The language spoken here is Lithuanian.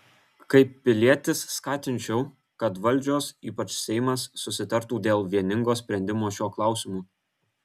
kaip pilietis skatinčiau kad valdžios ypač seimas susitartų dėl vieningo sprendimo šiuo klausimu